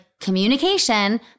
communication